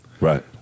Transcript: Right